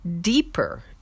deeper